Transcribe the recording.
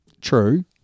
True